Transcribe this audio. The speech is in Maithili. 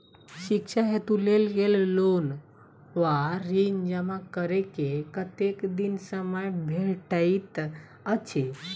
शिक्षा हेतु लेल गेल लोन वा ऋण जमा करै केँ कतेक दिनक समय भेटैत अछि?